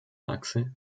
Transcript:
achse